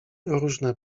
różne